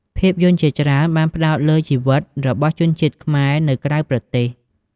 ភាពយន្តជាច្រើនបានផ្តោតលើ ជីវិតរបស់ជនជាតិខ្មែរនៅក្រៅប្រទេស។